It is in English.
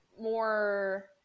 more